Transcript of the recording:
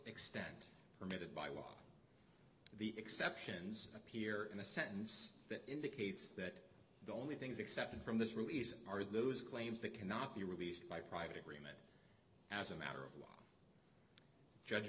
extent permitted by law the exceptions appear in a sentence that indicates that the only things except in from this release are those claims that cannot be released by private agreement as a matter of law judge